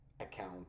account